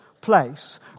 place